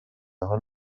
حال